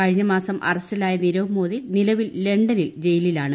കഴിഞ്ഞ മാസം അറസ്റ്റിലായ നിരവ് മോദി നിലവിൽ ലണ്ടനിൽ ജയിലിലാണ്